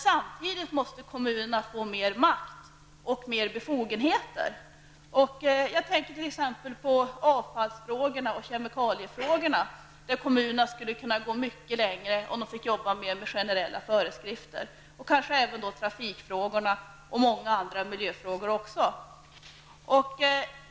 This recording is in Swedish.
Samtidigt måste kommunerna få mer makt och större befogenheter. Jag tänker på exempelvis avfalls och kemikaliefrågorna där kommunerna skulle kunna gå mycket längre, om de fick jobba mer med generella föreskrifter. Det gäller även trafikfrågorna och många andra miljöfrågor.